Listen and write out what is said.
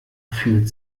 fühlt